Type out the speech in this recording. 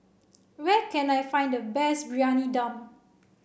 where can I find the best Briyani Dum